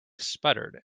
sputtered